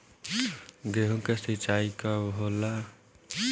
गेहूं के सिंचाई कब होला?